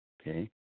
okay